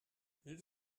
ils